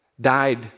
died